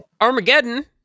Armageddon